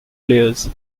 players